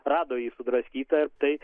rado jį sudraskytą ir tai